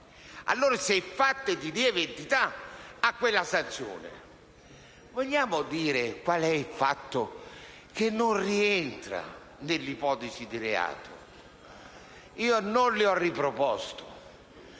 Allora, se il fatto è di lieve entità, ha quella sanzione. Vogliamo dire qual è il fatto che non rientra nell'ipotesi di reato? Io non le ho riproposte,